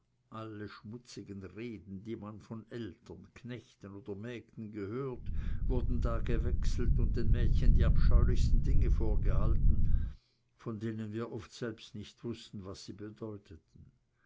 alle schmutzigen reden die man von eltern knechten oder mägden gehört wurden da gewechselt und den mädchen die abscheulichsten dinge vorgehalten von denen wir oft selbst nicht wußten was sie bedeuteten